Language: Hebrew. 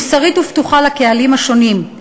מוסרית ופתוחה לקהלים השונים,